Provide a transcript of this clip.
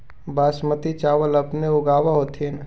बासमती चाबल अपने ऊगाब होथिं?